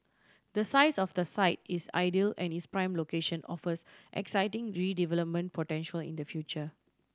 the size of the site is ideal and its prime location offers exciting redevelopment potential in the future